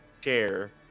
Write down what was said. share